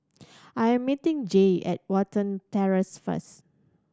I am meeting Jaye at Watten Terrace first